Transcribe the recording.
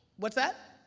what's that?